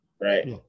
Right